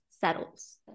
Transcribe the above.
settles